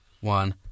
one